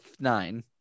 nine